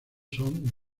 son